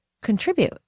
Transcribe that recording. contribute